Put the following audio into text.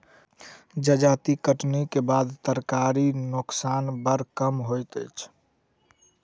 जजाति कटनीक बाद तरकारीक नोकसान बड़ कम होइत अछि